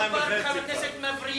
מדובר בחבר כנסת מבריק,